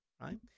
right